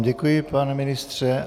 Děkuji vám, pane ministře.